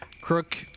Crook